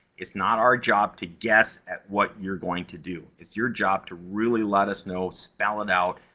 it's not our job to guess at what you're going to do. it's your job to really let us know. spell it out,